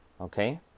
okay